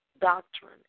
doctrine